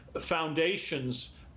foundations